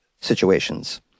situations